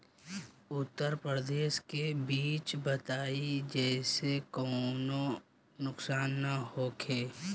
उन्नत प्रभेद के बीज बताई जेसे कौनो नुकसान न होखे?